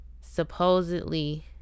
supposedly